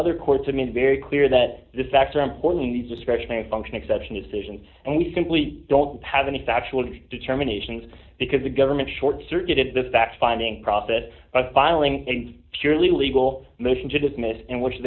other courts i mean very clear that the facts are important in these discretionary function exception decisions and we simply don't have any factual determinations because the government short circuited the facts finding profit by filing and purely legal